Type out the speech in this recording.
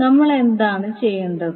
നമ്മൾ എന്താണ് ചെയ്യേണ്ടത്